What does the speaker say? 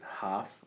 half